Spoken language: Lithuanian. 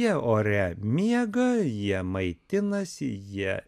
jie ore miega jie maitinasi jie